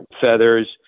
feathers